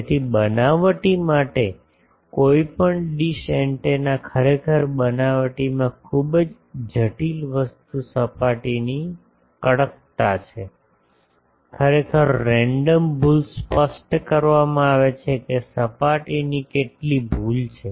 તેથી બનાવટી માટે કોઈ પણ ડીશ એન્ટેના ખરેખર બનાવટીમાં ખૂબ જ જટિલ વસ્તુ સપાટીની કડકતા છે ખરેખર રેન્ડમ ભૂલ સ્પષ્ટ કરવામાં આવે છે કે સપાટીની કેટલી ભૂલ છે